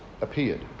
appeared